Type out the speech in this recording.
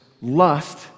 lust